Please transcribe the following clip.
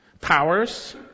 Powers